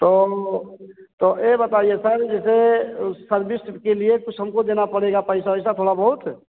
तो तो ए बताइए सर जैसे सर्विस के लिए कुछ हमको देना पड़ेगा पैसा वैसा थोड़ा बहुत